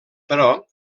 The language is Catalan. però